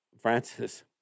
Francis